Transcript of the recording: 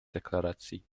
deklaracji